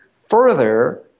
Further